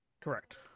Correct